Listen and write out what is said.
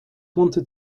wanted